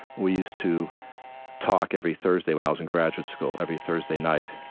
we used to talk every thursday when i was in graduate school. every thursday night,